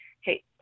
Hey